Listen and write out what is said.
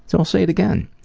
so i'll say it again.